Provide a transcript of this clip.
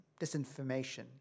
Disinformation